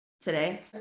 today